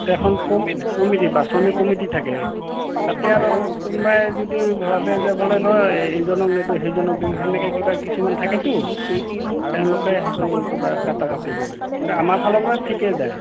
তাতে এখন কমিটি বাচনি কমিটি থাকে তাতে আৰু কোনোবাই যদি ভাবে যে বোলে নহয় এইজনক নেদো সেইজনক দিম সেনেকে কিবা কিছুমান থাকেতো তেওঁলোকে সেইটো কিবা কাটা কাটি কৰে কিন্তু আমাৰ ফালৰ পৰা ঠিকে যায়